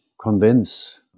convince